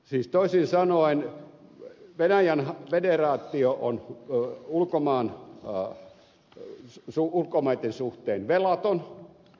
siis toisin sanoen venäjän federaatio on ulkomaitten suhteen velaton